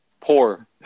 poor